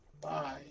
Bye